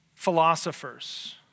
philosophers